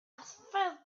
thin